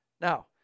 Now